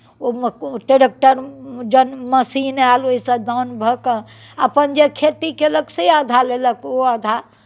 ओहिमे ट्रैक्टर जन मशीन आयल ओहिसँ दौन भऽ कऽ अपन जे खेती केलक से आधा लेलक ओ आधा